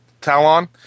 Talon